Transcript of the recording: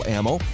Ammo